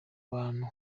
bantu